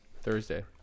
Thursday